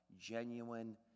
genuine